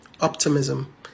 optimism